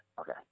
Okay